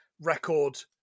Record